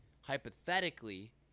hypothetically